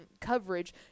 coverage